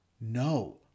No